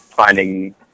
finding